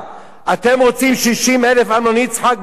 אתם רוצם 60,000 אמנון יצחק בצה"ל?